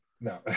no